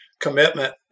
commitment